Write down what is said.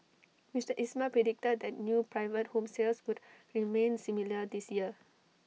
Mister Ismail predicted that new private home sales would remain similar this year